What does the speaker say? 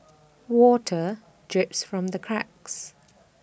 water drips from the cracks